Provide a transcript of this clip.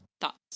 Thoughts